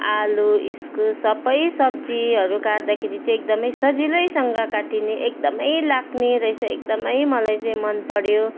आलु इस्कुस सबै सब्जीहरू काट्दाखेरि चाहिँ एकदमै सजिलैसँग काटिने एकदमै लाग्ने रहेछ एकदमै मलाई चाहिँ मन पर्यो